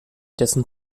dessen